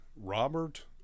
robert